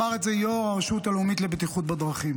אמר את זה יו"ר הרשות הלאומית לבטיחות בדרכים.